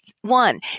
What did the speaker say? One